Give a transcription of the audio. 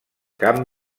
camp